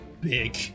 big